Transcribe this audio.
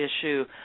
issue